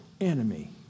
enemy